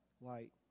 light